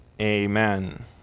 Amen